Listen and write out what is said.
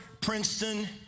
Princeton